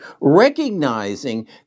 recognizing